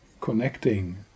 connecting